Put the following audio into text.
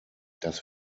dass